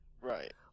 Right